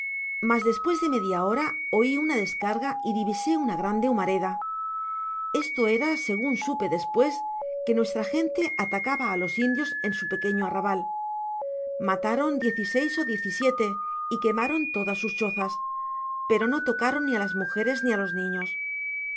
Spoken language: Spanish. mas despues de media hora oi una descarga y divisé una grande humareda esto era segun supe despues que nuestra gente atacaba á los indios en su pequeño arrabal mataron diez y seis ó diez y siete y quemaron todas sus chozas pero no tocaron ni á las mujeres ni álos niños